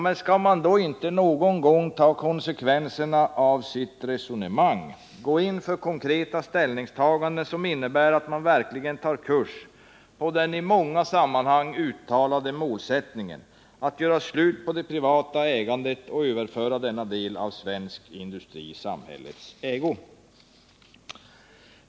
Men skall man då inte någon gång ta konsekvenserna av sitt resonemang och gå in för konkreta ställningstaganden, som innebär att man verkligen tar kurs på det i många sammanhang uttalade målet att göra slut på det privata ägandet och överföra denna del av svensk industri i samhällets ägo?